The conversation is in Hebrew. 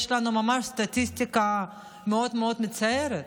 יש לנו ממש סטטיסטיקה מאוד מאוד מצערת.